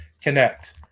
connect